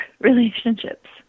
relationships